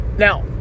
Now